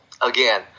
again